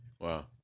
wow